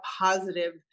positive